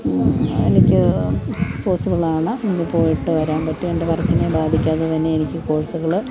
എനിക്ക് പോസിബിൾ ആണ് എനിക്ക് പോയിട്ട് വരാൻ പറ്റും എൻ്റെ വർക്കിനെ ബാധിക്കാതെ തന്നെ എനിക്ക് കോഴ്സുകൾ